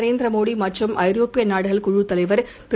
நரேந்திரமோடிமற்றும் ஐரோப்பியநாடுகள் குழுத் தலைவர் திரு